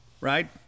right